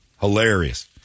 Hilarious